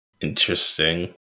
Interesting